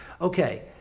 Okay